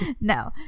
No